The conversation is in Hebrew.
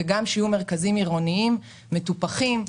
וגם שיהיו מרכזים עירוניים מטופחים,